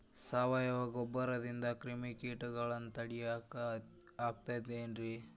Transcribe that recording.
ಸಾವಯವ ಗೊಬ್ಬರದಿಂದ ಕ್ರಿಮಿಕೇಟಗೊಳ್ನ ತಡಿಯಾಕ ಆಕ್ಕೆತಿ ರೇ?